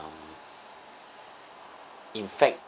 uh in fact